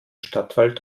stadtwald